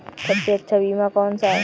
सबसे अच्छा बीमा कौनसा है?